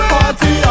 Party